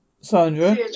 Sandra